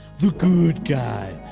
the good guy.